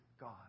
God